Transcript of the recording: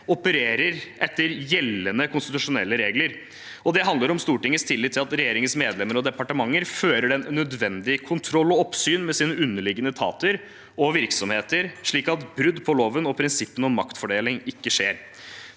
opererer etter gjeldende konstitusjonelle regler, og det handler om Stortingets tillit til at regjeringens medlemmer og departementer fører nødvendig kontroll og oppsyn med sine underliggende etater og virksomheter, slik at brudd på loven og prinsippene om maktfordeling ikke skjer.